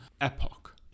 epoch